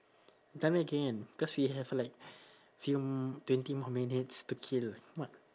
tell me again because we have like few twenty more minutes to kill come on